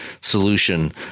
solution